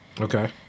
Okay